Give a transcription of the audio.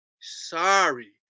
sorry